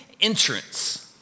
entrance